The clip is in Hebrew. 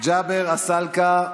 ג'אבר עסאקלה,